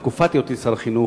בתקופת היותי שר החינוך,